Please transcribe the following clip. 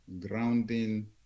grounding